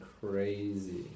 crazy